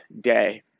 day